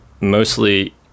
mostly